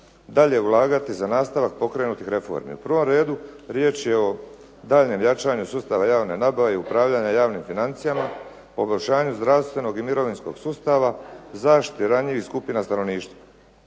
dalje ulagati za nastavak pokrenutih reformi. U prvom redu riječ je o daljnjem jačanju sustava javne nabave i upravljanja javnim financijama, poboljšanju zdravstvenog i mirovinskog sustava, zaštiti ranjivih skupina stanovništva.